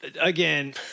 Again